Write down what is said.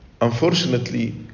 Unfortunately